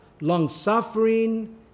long-suffering